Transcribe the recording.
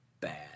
bad